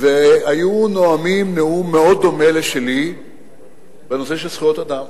והיו נואמים נאום מאוד דומה לשלי בנושא של זכויות אדם,